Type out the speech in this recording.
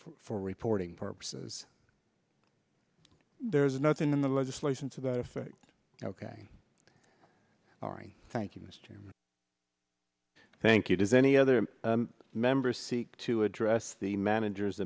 for reporting purposes there's nothing in the legislation to that effect ok all right thank you mr and thank you does any other member seek to address the manager